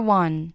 one